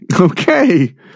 Okay